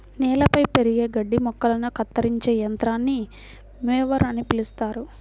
నేలపై పెరిగే గడ్డి మొక్కలను కత్తిరించే యంత్రాన్ని మొవర్ అని పిలుస్తారు